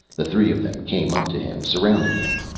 the three of them came up to him, surrounding him.